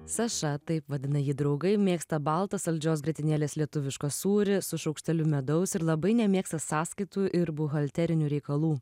saša taip vadina jį draugai mėgsta baltą saldžios grietinėlės lietuvišką sūrį su šaukšteliu medaus ir labai nemėgsta sąskaitų ir buhalterinių reikalų